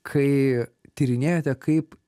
kai tyrinėjate kaip